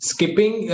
Skipping